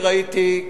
אני ראיתי,